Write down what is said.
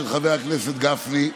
של חבר הכנסת גפני,